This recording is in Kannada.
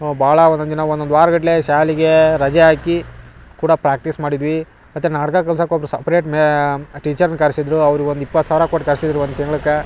ನಾವು ಬಾಳ ಒನ್ನೊಂದಿನ ಒನ್ನೊಂದು ವಾರ್ಗಟ್ಟಲೆ ಶಾಲಿಗೇ ರಜೆ ಹಾಕಿ ಕೂಡ ಪ್ರಾಕ್ಟೀಸ್ ಮಾಡಿದ್ವಿ ಮತ್ತು ನಾಟಕ ಕಲ್ಸಕ್ಕೆ ಒಬ್ರು ಸಪ್ರೇಟ್ ಮೇ ಟೀಚರ್ನ್ ಕರ್ಸಿದ್ದರು ಅವ್ರ್ಗ ಒಂದು ಇಪ್ಪತ್ತು ಸಾವಿರ ಕೊಟ್ಟು ಕರ್ಸಿದ್ದರು ಒಂದು ತಿಂಗ್ಳಕ್ಕ